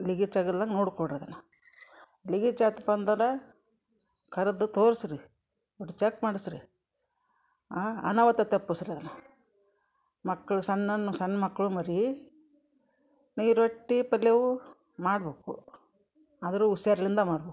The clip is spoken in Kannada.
ಲೀಗಿಚ್ ಆಗಿಲ್ದಂಗೆ ನೋಡ್ಕೊಳ್ಳಿ ರೀ ಅದನ್ನು ಲೀಗಿಚ್ ಆಯ್ತಪ್ಪ ಅಂದ್ರೆ ಕರೆದು ತೋರಸಿ ರೀ ಚಕ್ ಮಾಡಸಿ ರೀ ಅನಾಹುತ ತಪ್ಪಸಿ ರೀ ಅದನ್ನು ಮಕ್ಕಳು ಸನ್ನನ್ ಸಣ್ಣ ಮಕ್ಕಳು ಮರಿ ನೀ ರೊಟ್ಟಿ ಪಲ್ಯ ಅವೂ ಮಾಡಬೇಕು ಆದ್ರೆ ಹುಷಾರ್ಲಿಂದ ಮಾಡಬೇಕು